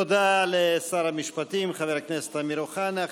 תודה לשר המשפטים חבר הכנסת אמיר אוחנה.